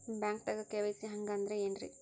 ಬ್ಯಾಂಕ್ದಾಗ ಕೆ.ವೈ.ಸಿ ಹಂಗ್ ಅಂದ್ರೆ ಏನ್ರೀ?